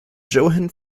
johann